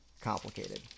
complicated